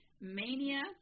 mania